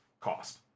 cost